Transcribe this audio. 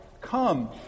Come